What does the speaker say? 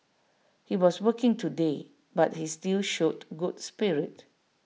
he was working today but he still showed good spirit